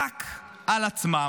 רק על עצמם.